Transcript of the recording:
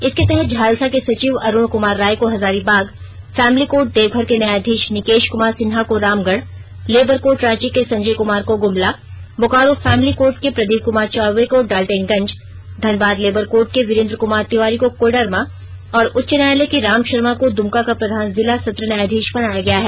इसके तहत झालसा के सचिव अरूण कमार राय को इजारीबाग फेमिली कोर्ट देवघर के न्यायाधीष निकेष कुमार सिन्हा को रामगढ़ लेबर कोर्ट रांची के संजय कुमार को गुमला बोकारो फैमिली कोर्ट के प्रदीप क्मार चौबे को डालटनगंज धनबाद लेबर कोर्ट के वीरेन्द्र कुमार तिवारी को कोडरमा और उच्च न्यायालय के राम शर्मा को दुमका का प्रधान जिला सत्र न्यायाधीष बनाया गया है